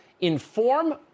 inform